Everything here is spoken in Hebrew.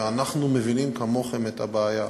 ואנחנו מבינים כמוכם את הבעיה.